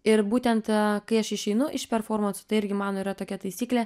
ir būtent kai aš išeinu iš performanso tai irgi mano yra tokia taisyklė